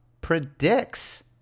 Predicts